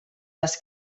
les